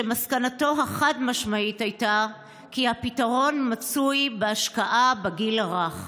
שמסקנתו החד-משמעית הייתה שהפתרון מצוי בהשקעה בגיל הרך: